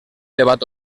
debat